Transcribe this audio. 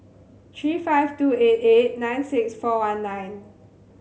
three five two eight eight nine six four one nine